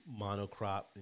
monocrop